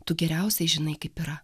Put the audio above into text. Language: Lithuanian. tu geriausiai žinai kaip yra